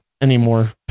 anymore